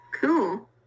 Cool